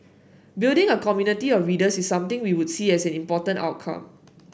building a community of readers is something we would see as an important outcome